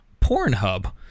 Pornhub